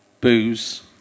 Booze